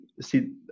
See